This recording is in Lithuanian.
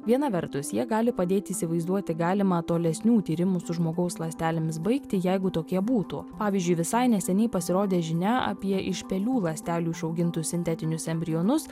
viena vertus jie gali padėti įsivaizduoti galimą tolesnių tyrimų su žmogaus ląstelėmis baigtį jeigu tokie būtų pavyzdžiui visai neseniai pasirodė žinia apie iš pelių ląstelių išaugintus sintetinius embrionus